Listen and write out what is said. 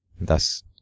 Thus